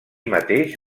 mateix